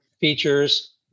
features